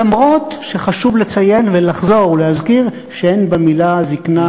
למרות שחשוב לציין ולחזור ולהזכיר שאין במילה זיקנה,